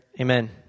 Amen